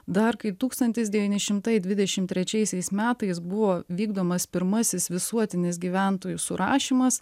dar kai tūkstantis devyni šimtai dvidešim trečiaisiais metais buvo vykdomas pirmasis visuotinis gyventojų surašymas